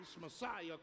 Messiah